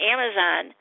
Amazon